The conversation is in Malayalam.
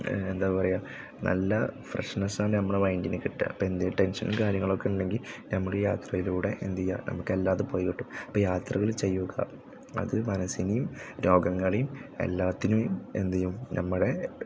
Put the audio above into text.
എന്താ പറയുക നല്ല ഫ്രഷ്നെസാണ് നമ്മുടെ മൈൻഡിന് കിട്ടുക അപ്പം എന്തെങ്കിലും ടെൻഷനും കാര്യങ്ങളൊക്കെ ഉണ്ടെങ്കിൽ നമ്മൾ യാത്രയിലൂടെ എന്തു ചെയ്യുക നമുക്കെല്ലാം അത് പോയി കിട്ടും അപ്പോൾ യാത്രകൾ ചെയ്യുക അത് മനസ്സിനെയും രോഗങ്ങളെയും എല്ലാറ്റിനും എന്തു ചെയ്യും നമ്മുടെ